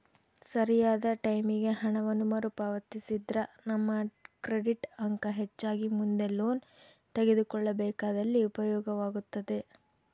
ಸರಿಯಾದ ಟೈಮಿಗೆ ಹಣವನ್ನು ಮರುಪಾವತಿಸಿದ್ರ ನಮ್ಮ ಕ್ರೆಡಿಟ್ ಅಂಕ ಹೆಚ್ಚಾಗಿ ಮುಂದೆ ಲೋನ್ ತೆಗೆದುಕೊಳ್ಳಬೇಕಾದಲ್ಲಿ ಉಪಯೋಗವಾಗುತ್ತದೆ